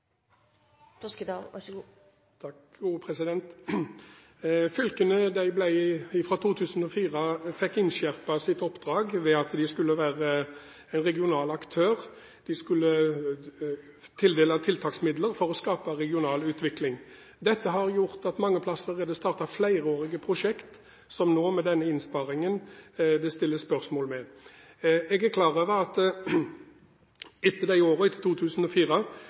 de skulle tildele tiltaksmidler for å skape regional utvikling. Dette har gjort at på mange plasser er det startet flerårige prosjekter, som det nå, med denne innsparingen, stilles spørsmål ved. Jeg er klar over at etter 2004 har også dette blitt brukt som et motkonjunkturvirkemiddel i